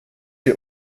ihr